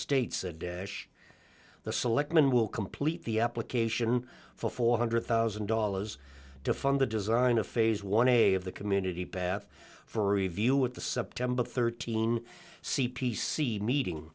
states a dash the selectmen will complete the application for four hundred thousand dollars to fund the design of phase one a of the community bath for review at the september thirteen c p c meeting